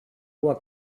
were